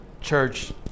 church